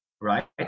Right